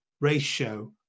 ratio